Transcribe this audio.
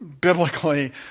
biblically